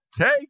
take